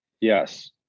Yes